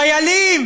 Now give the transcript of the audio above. חיילים